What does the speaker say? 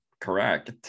correct